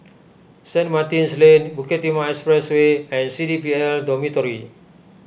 St Martin's Lane Bukit Timah Expressway and C D P L Dormitory